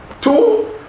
two